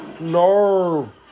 No